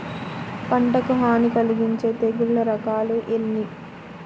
పంటకు హాని కలిగించే తెగుళ్ళ రకాలు ఎన్ని?